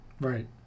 Right